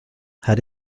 had